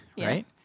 right